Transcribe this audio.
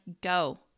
go